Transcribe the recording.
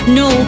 no